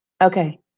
Okay